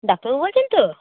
ডাক্তারবাবু বলছেন তো